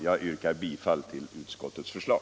Jag yrkar bifall till utskottets förslag.